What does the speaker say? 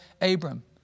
Abram